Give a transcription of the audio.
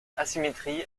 asymétrie